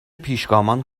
پیشگامان